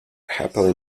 happily